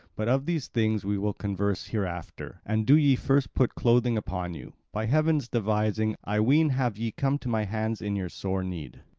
but of these things we will converse hereafter. and do ye first put clothing upon you. by heaven's devising, i ween, have ye come to my hands in your sore need.